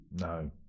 No